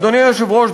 אדוני היושב-ראש,